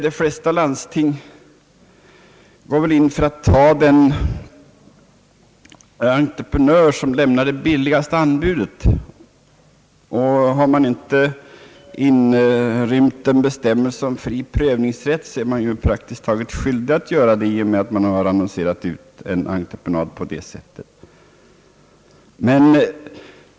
De flesta landsting går väl in för att anta den entreprenör som lämnar det lägsta anbudet. Har man då inte inrymt en bestämmelse om fri prövningsrätt, är man praktiskt taget skyldig att antaga det lägsta anbudet.